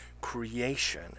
creation